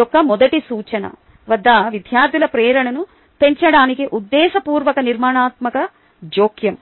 యొక్క మొదటి సూచన వద్ద విద్యార్థుల ప్రేరణను పెంచడానికి ఉద్దేశపూర్వక నిర్మాణాత్మక జోక్యం